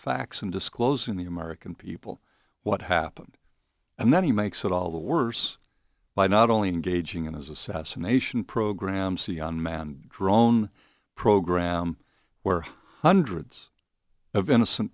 facts and disclosing the american people what happened and then he makes it all the worse by not only engaging in his assassination program c on manned drone program where hundreds of innocent